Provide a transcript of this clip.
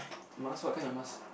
mask what kinds of masks